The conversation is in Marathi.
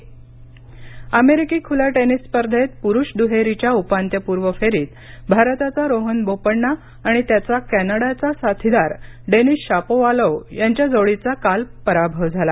युएसओपन अमेरिकी खुल्या टेनिस स्पर्धेत पुरुष दुहेरीच्या उपांत्यपूर्व फेरीत भारताचा रोहन बोपण्णा आणि कॅनडाचा डेनिस शापोवालोव यांच्या जोडीचा काल पराभव झाला